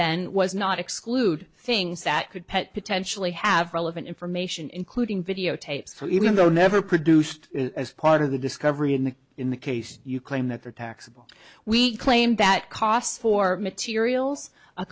then was not exclude things that could pet potentially have relevant information including videotapes so even though never produced as part of the discovery in the in the case you claim that there taxable we claim that costs for materials